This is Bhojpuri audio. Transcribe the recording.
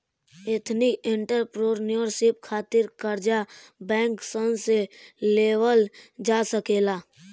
एथनिक एंटरप्रेन्योरशिप खातिर कर्जा बैंक सन से लेवल जा सकेला